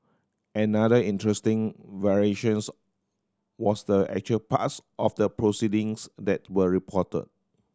another interesting variations was the actual parts of the proceedings that were report